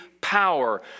power